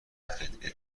قطعه